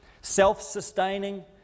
self-sustaining